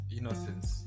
Innocence